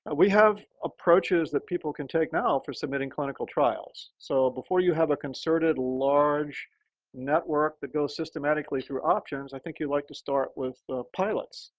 we have approaches that people can take now for submitting clinical trials. so before you have a concerted large network that goes systematically through options, i think you'd like to start with the pilots.